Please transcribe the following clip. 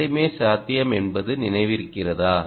இரண்டுமே சாத்தியம் என்பது நினைவிருக்கிறதா